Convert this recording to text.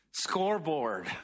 scoreboard